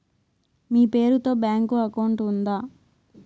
మీ పేరు తో bank account ఉందా?